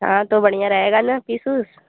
हाँ तो बढ़िया रहेगा न पीस उस